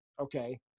Okay